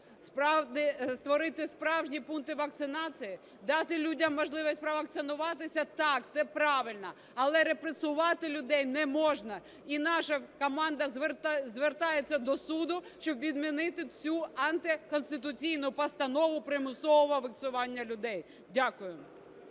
створити справжні пункти вакцинації, дати людям можливість провакцинуватися – так, це правильно. Але репресувати людей не можна. І наша команда звертається до суду, щоб відмінити цю антикорупційну постанову примусового вакцинування людей. Дякую.